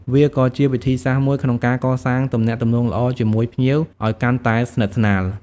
វាក៏ជាវិធីសាស្ត្រមួយក្នុងការកសាងទំនាក់ទំនងល្អជាមួយភ្ញៀវឱ្យកាន់តែស្និទ្ធស្នាល។